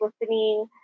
listening